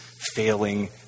failing